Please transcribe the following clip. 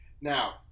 now